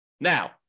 Now